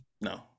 No